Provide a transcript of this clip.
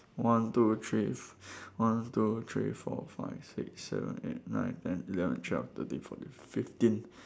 one two three f~ f~ one two three four five six seven eight nine ten eleven twelve thirteen fourteen fifteen